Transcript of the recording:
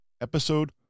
episode